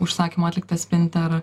užsakymu atliktas spinter